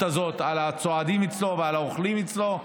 הזאת לסועדים אצלו ולאוכלים אצלו,